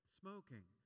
smoking